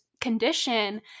condition